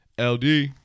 LD